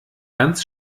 ganz